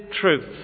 truth